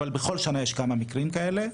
אבל בכל שנה יש כמה מקרים כאלה.